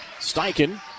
Steichen